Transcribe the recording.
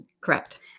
Correct